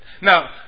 Now